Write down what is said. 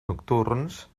nocturns